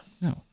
no